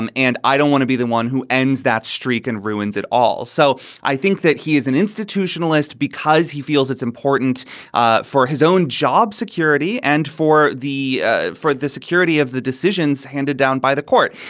and and i don't want to be the one who ends that streak and ruins it all. so i think that he is an institutionalist because he feels it's important ah for his own job security and for the ah for the security of the decisions handed down by the court.